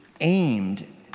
aimed